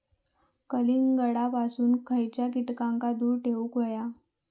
कलिंगडापासून खयच्या कीटकांका दूर ठेवूक व्हया?